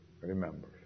Remember